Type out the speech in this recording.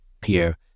Pierre